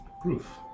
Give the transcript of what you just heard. proof